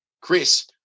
Chris